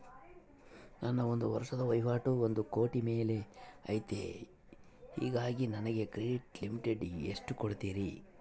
ನನ್ನ ಒಂದು ವರ್ಷದ ವಹಿವಾಟು ಒಂದು ಕೋಟಿ ಮೇಲೆ ಐತೆ ಹೇಗಾಗಿ ನನಗೆ ಕ್ರೆಡಿಟ್ ಲಿಮಿಟ್ ಎಷ್ಟು ಕೊಡ್ತೇರಿ?